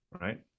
right